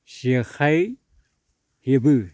जेखाइ हेबो